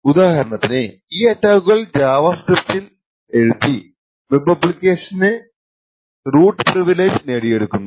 ഉദാഹരണത്തിന് ഈ അറ്റാക്കുകൾ ജാവ സ്ക്രിപ്റ്റിൽ എഴുതി വെബ് ആപ്പ്ളിക്കേഷന് റൂട്ട് പ്രീവിലേജ് നേടിയെടുക്കുന്നു